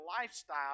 lifestyle